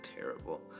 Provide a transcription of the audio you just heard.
terrible